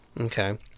Okay